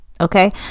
Okay